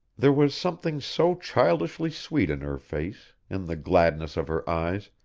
there was something so childishly sweet in her face, in the gladness of her eyes,